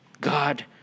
God